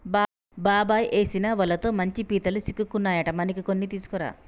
బాబాయ్ ఏసిన వలతో మంచి పీతలు సిక్కుకున్నాయట మనకి కొన్ని తీసుకురా